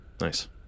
nice